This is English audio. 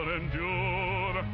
endure